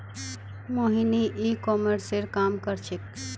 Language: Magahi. मोहिनी ई कॉमर्सेर काम कर छेक्